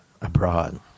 abroad